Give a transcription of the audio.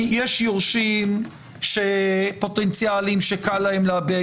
אבל בכל סיטואציה שיש לנו פה קטין שהוא לא נמצא בחזקת